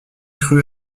rue